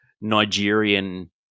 Nigerian